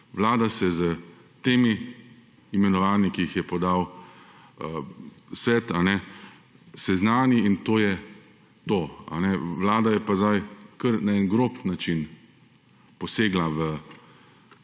Vlada se s temi imenovanji, ki jih je podal Svet seznani in to je to. Vlada je pa sedaj, kar na eden grob način posegala v